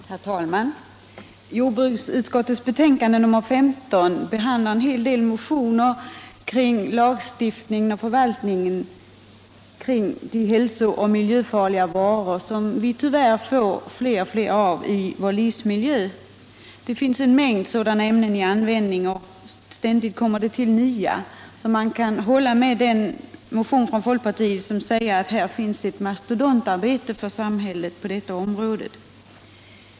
Herr talman! Jordbruksutskottets betänkande nr 15 behandlar en hel del motioner avseende behandlingen i lagstiftning och förvaltning av hälsooch miljöfarliga varor, vars antal tyvärr ökar alltmer i vår livsmiljö. Det finns en mängd sådana ämnen i användning, och det kommer ständigt till nya. Man kan alltså hålla med dem inom folkpartiet som säger att det är ett mastodontarbete som förestår i samhället på detta område.